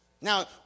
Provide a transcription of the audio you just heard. Now